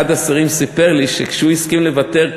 אחד השרים סיפר לי שכשהוא הסכים לוותר,